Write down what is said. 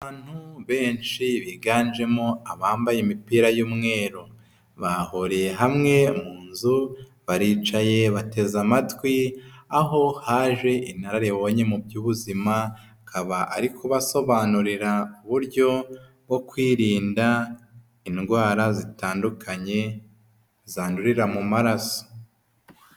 Abantu benshi biganjemo abambaye imipira y'umweru, bahuye hamwe mu nzu baricaye bateze amatwi, aho haje inararibonye mu by'ubuzima, akaba ari kubasobanurira uburyo bwo kwirinda indwara zitandukanye zandurira mu maraso.